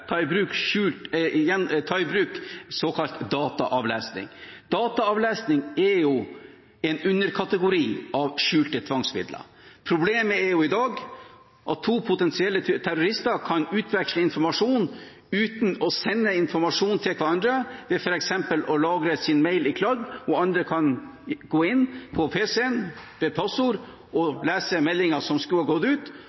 ta i bruk såkalt dataavlesning. Dataavlesning er en underkategori av skjulte tvangsmidler. Problemet i dag er at to potensielle terrorister kan utveksle informasjon uten å sende informasjonen til hverandre, ved f.eks. å lagre sin mail i kladd og la andre gå inn på